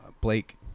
Blake